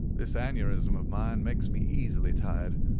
this aneurism of mine makes me easily tired,